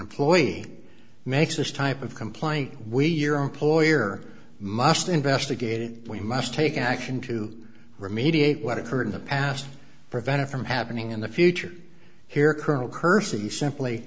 employee makes this type of comply we your employer must investigate it we must take action to remediate what occurred in the past prevent it from happening in the future here colonel cursing he simply